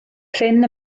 prin